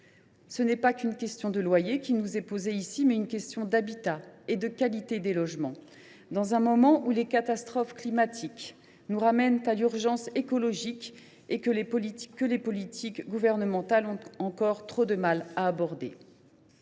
Ce n’est pas seulement une question de loyers qui nous est posée ce soir : c’est aussi une question d’habitat et de qualité des logements, au moment où les catastrophes climatiques nous renvoient à l’urgence écologique, que les politiques gouvernementales ont encore trop de mal à appréhender.